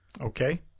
okay